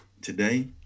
today